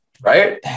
Right